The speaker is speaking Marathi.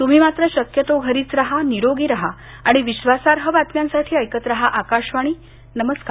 तुम्ही मात्र शक्यतो घरीच राहा निरोगी राहा आणि विश्वासार्ह बातम्यांसाठी ऐकत राहा आकाशवाणी नमस्कार